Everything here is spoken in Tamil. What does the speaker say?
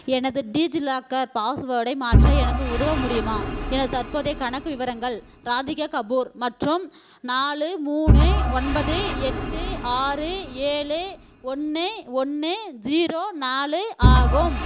எனது டீஜிலாக்கர் பாஸ்வோர்டை மாற்ற எனக்கு உதவ முடியுமா எனது தற்போதைய கணக்கு விவரங்கள் ராதிகா கபூர் மற்றும் நாலு மூணு ஒன்பது எட்டு ஆறு ஏழு ஒன்று ஒன்று ஜீரோ நாலு ஆகும்